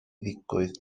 ddigwydd